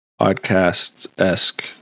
podcast-esque